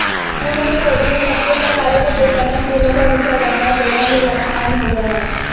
फूलों के पौधे में पत्तियों पर काले धब्बे पड़ना, फूलों का मुरझा जाना और बेरंग हो जाना आम हो गया है